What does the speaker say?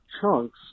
chunks